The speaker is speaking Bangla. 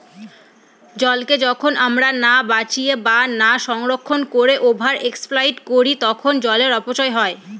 জলকে যখন আমরা না বাঁচিয়ে বা না সংরক্ষণ করে ওভার এক্সপ্লইট করি তখন জলের অপচয় হয়